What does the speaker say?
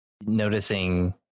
noticing